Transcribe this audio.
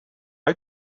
how